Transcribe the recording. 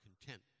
content